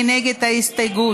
מי נגד ההסתייגות?